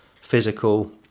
physical